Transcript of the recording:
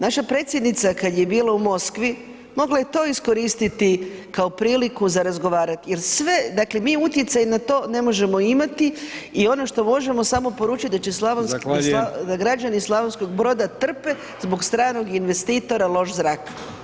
Naša predsjednica kad je bila u Moskvi, mogla je to iskoristiti kao priliku za razgovarat jer sve, dakle mi utjecaj na to ne možemo imati i ono što možemo samo poručiti da će [[Upadica: Zahvaljujem]] da građani Slavonskog Broda trpe zbog stranog investitora loš zrak.